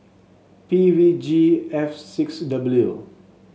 P V G F six W